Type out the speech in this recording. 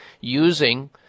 using